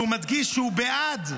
שהוא מדגיש שהוא בעד,